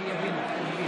שיבינו.